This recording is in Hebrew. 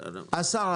השר,